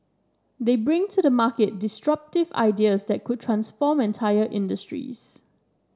they bring to the market disruptive ideas that could transform entire industries